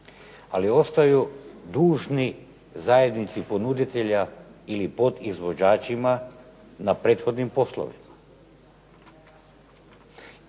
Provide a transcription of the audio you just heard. ali ostaju dužni zajednici ponuditelja ili podizvođačima na prethodnim poslovima.